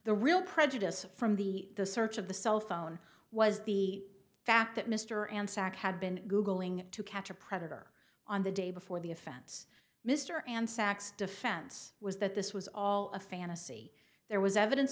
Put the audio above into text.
the real prejudice from the search of the cell phone was the fact that mr and sac had been googling to catch a predator on the day before the offense mr and sachs defense was that this was all a fantasy there was evidence